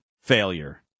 failure